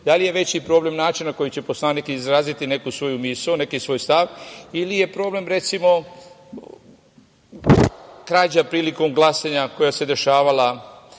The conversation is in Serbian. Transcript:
da li je veći problem način na koji će poslanik izraziti neku svoju misao, neki svoj stav ili je problem recimo, krađa prilikom glasanja koja su se dešavala